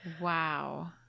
Wow